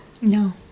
No